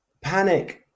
panic